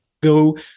go